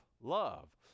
love